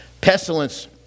Pestilence